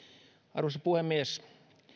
arvoisa puhemies